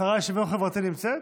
השרה לשוויון חברתי נמצאת?